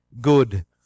good